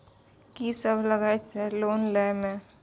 कि सब लगतै सर लोन लय में?